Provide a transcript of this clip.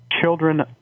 children